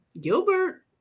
Gilbert